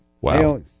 wow